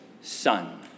son